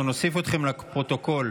אנחנו נוסיף אתכם לפרוטוקול.